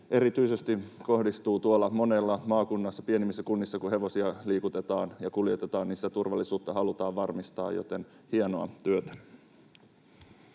erityisesti kohdistuu moneen maakuntaan, pienempiin kuntiin, kun hevosia liikutetaan ja kuljetetaan ja turvallisuutta halutaan varmistaa, joten hienoa työtä.